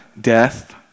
Death